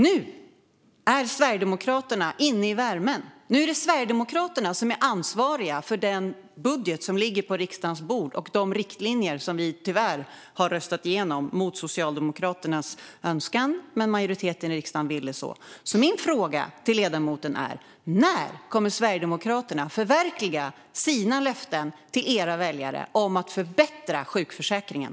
Nu är Sverigedemokraterna inne i värmen. Nu är det Sverigedemokraterna som är ansvariga för det budgetförslag som ligger på riksdagens bord och de riktlinjer som majoriteten, mot Socialdemokraternas önskan, tyvärr har röstat igenom. Men det var majoritetens vilja. Min fråga till ledamoten är: När kommer Sverigedemokraterna att förverkliga sina löften till sina väljare om att förbättra sjukförsäkringen?